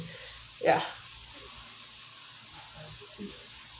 ya